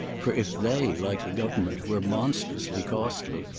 for if they, like the government, were monstrously costly,